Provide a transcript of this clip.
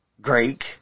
Greek